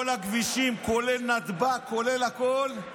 כל הכבישים, כולל נתב"ג, כולל הכול,